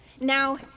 Now